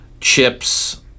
Chips